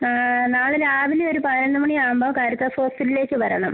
നാളെ രാവിലെ ഒരു പതിനൊന്ന് മണി ആവുമ്പോൾ കാരിതാസ് ഹോസ്പിറ്റലിലേക്ക് വരണം